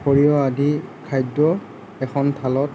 সৰিয়হ আদি খাদ্য এখন থালত